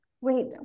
wait